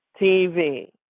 TV